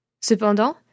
Cependant